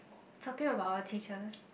talking about our teachers